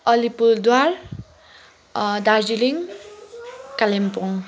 Alipurduar Darjeeling Kalimpong